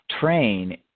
train